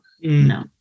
no